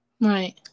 Right